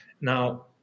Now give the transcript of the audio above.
Now